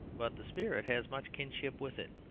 but the spirit has much kinship with it.